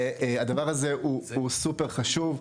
הדבר הזה חשוב מאוד,